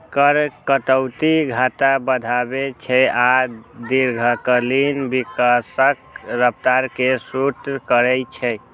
कर कटौती घाटा बढ़ाबै छै आ दीर्घकालीन विकासक रफ्तार कें सुस्त करै छै